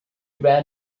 ran